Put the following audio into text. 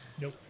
Nope